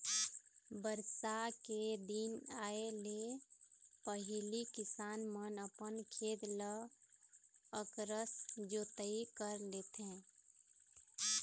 बरसा के दिन आए ले पहिली किसान मन अपन खेत ल अकरस जोतई कर लेथे